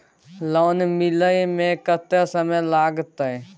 Loan मिले में कत्ते समय लागते?